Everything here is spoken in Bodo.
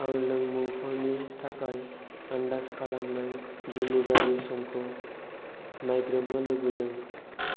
आं लोंमुफोरनि थाखाय आन्दाज खालामनाय डेलिभारि समखौ नायग्रोमनो लुबैदों